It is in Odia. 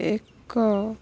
ଏକ